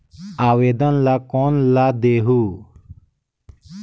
आवेदन ला कोन ला देहुं?